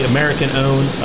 American-owned